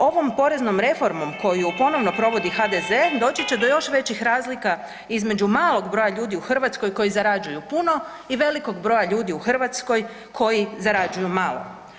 Ovom poreznom reformom koju ponovno provodi HDZ doći će do još većih razlika između malog broja ljudi u Hrvatskoj koji zarađuju puno i velikog broja ljudi u Hrvatskoj koji zarađuju malo.